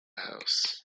house